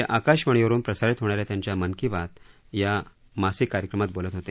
ते आकाशवाणीवरून प्रसारित होणाऱ्या त्यांच्या मन की बात या त्यांच्या मासिक कार्यक्रमात बोलत होते